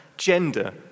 gender